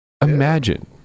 Imagine